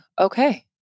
okay